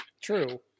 true